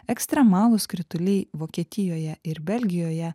ekstremalūs krituliai vokietijoje ir belgijoje